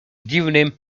dziwnym